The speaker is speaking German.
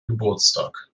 geburtstag